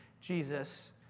Jesus